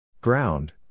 Ground